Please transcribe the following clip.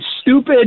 stupid